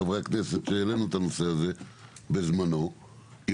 לחברי הכנסת שהעלינו את הנושא הזה בזמנו עם